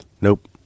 Nope